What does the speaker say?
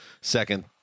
second